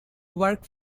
work